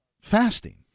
fasting